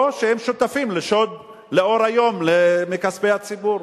או שהם שותפים לשוד לאור היום של כספי הציבור.